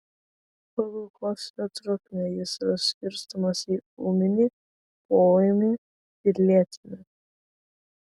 pagal kosulio trukmę jis yra skirstomas į ūminį poūmį ir lėtinį